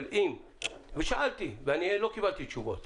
שאלתי ולא קיבלתי תשובות.